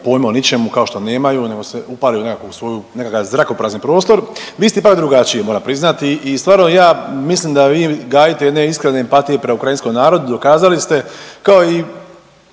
poima o ničemu kao što nemaju nego su upali svoju nekakav zrakoprazni prostor, vi ste ipak drugačiji moram priznati i stvarno ja mislim da vi gajite jedne iskrene empatije prema ukrajinskom narodu, dokazali ste kao i